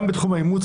גם בתחום האימוץ,